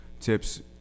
tips